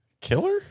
Killer